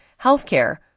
healthcare